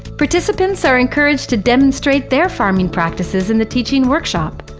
participants are encouraged to demonstrate their farming practices in the teaching workshop.